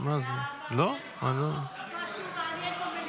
סוף-סוף משהו מעניין במליאה.